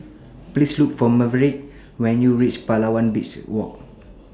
Please Look For Maverick when YOU REACH Palawan Beach Walk